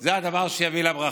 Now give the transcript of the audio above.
זה הדבר שיביא לה ברכה.